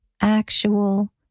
actual